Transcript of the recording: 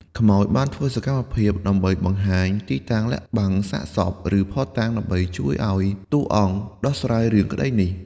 ខ្មោចបានធ្វើសកម្មភាពដើម្បីបង្ហាញទីតាំងលាក់បាំងសាកសព ឬភស្តុតាង ដើម្បីជួយឲ្យតួអង្គដោះស្រាយរឿងក្តីនេះ។